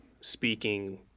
speaking